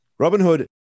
Robinhood